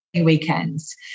weekends